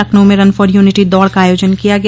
लखनऊ में run for unity दौड़ का आयोजन किया गया